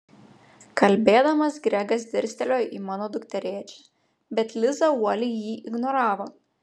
kalbėdamas gregas dirstelėjo į mano dukterėčią bet liza uoliai jį ignoravo